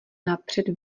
napřed